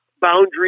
boundaries